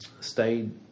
Stayed